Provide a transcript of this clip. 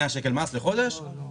בלאי.